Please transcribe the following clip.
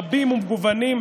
רבים ומגוונים,